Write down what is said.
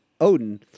Odin